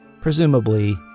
presumably